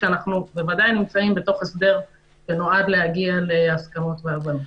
ודאי כשאנחנו עדיין בהסדר שנועד להגיע להסכמות והבנות.